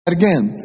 again